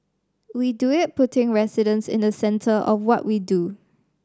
we do it putting residents in the centre of what we do